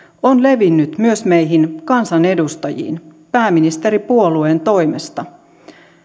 on levinnyt myös meihin kansanedustajiin pääministeripuolueen toimesta